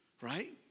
right